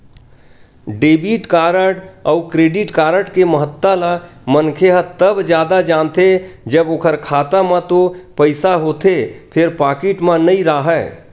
debit card अउ credit card के महत्ता ल मनखे ह तब जादा जानथे जब ओखर खाता म तो पइसा होथे फेर पाकिट म नइ राहय